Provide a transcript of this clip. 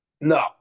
No